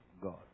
God